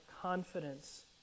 confidence